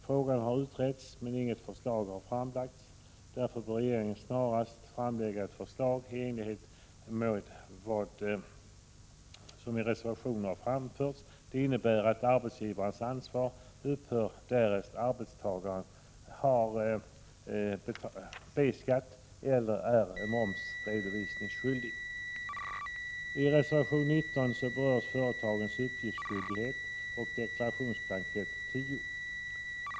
Frågan har utretts, men inget förslag har framlagts. Därför bör regeringen snarast framlägga ett förslag i enlighet med vad som i reservationen har framförts. Detta innebär att arbetsgivarens ansvar upphör därest arbetstagaren har B-skatt eller är momsredovisningsskyldig. I reservation 19 berörs företagens uppgiftsskyldighet och deklarationsblankett 10.